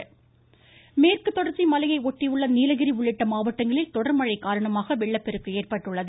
தமிழ்நாடு வெள்ளம் மேற்கு தொடர்ச்சி மலையை ஒட்டியுள்ள நீலகிரி உள்ளிட்ட மாவட்டங்களில் தொடர் மழை காரணமாக வெள்ளப்பெருக்கு ஏற்பட்டுள்ளது